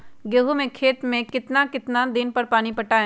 गेंहू के खेत मे कितना कितना दिन पर पानी पटाये?